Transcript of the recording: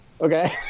Okay